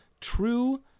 true